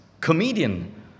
comedian